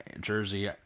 Jersey